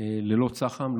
ללא צח"מ.